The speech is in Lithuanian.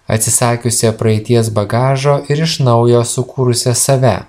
atsisakiusią praeities bagažo ir iš naujo sukūrusią save